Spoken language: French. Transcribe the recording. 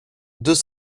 deux